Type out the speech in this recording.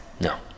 No